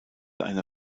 einer